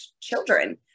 children